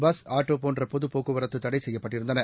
bus rail auto போன்ற பொது போக்குவரத்து தடை செய்யப்பட்டிருந்தன